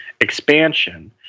expansion